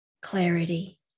clarity